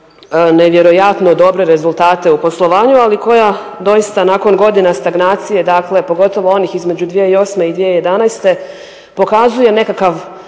nevjerojatno dobre rezultate u poslovanju, ali koja doista nakon godina stagnacije pogotovo onih između 2008. i 2011. pokazuje nekakav